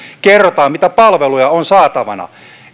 kerromme mitä palveluja on saatavana